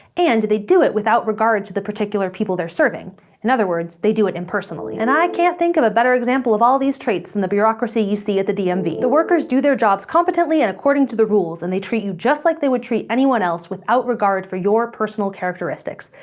and they do it without regard to the particular people they're serving in other words, they do it impersonally. and i can't think of a better example of all these traits than the bureaucracy you see at the dmv. um the the workers do their jobs competently and according to the rules, and they treat you just like they would treat anyone else, without regard for your personal characteristics,